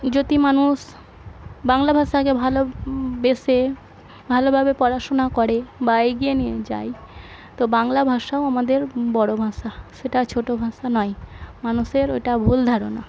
যদি মানুষ বাংলা ভাষাকে ভালোবেসে ভালোভাবে পড়াশোনা করে বা এগিয়ে নিয়ে যায় তো বাংলা ভাষাও আমাদের বড়ো ভাষা সেটা ছোটো ভাষা নয় মানুষের এটা ভুল ধারণা